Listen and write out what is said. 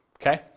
Okay